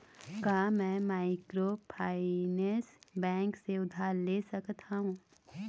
का मैं microfinance bank से उधार ले सकत हावे?